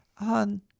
on